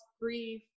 grief